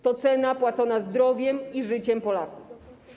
To cena płacona zdrowiem i życiem Polaków.